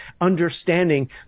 understanding